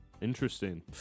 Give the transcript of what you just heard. Interesting